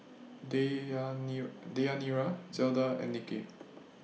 Deyanira Zelda and Nicky